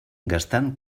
gastant